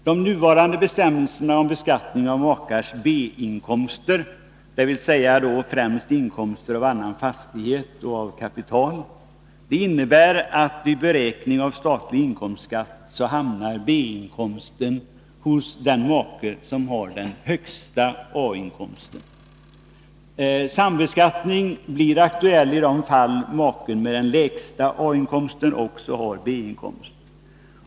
De nuvarande bestämmelserna om beskattning av makars B-inkomster, dvs. främst inkomster av annan fastighet och av kapital, innebär att vid beräkning av statlig inkomstskatt hamnar B-inkomsten hos den make som har den högsta A-inkomsten. Sambeskattning blir aktuell i de fall då maken med den lägsta A-inkomsten också har B-inkomst.